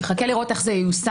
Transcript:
הוא יחכה לראות איך זה ייושם,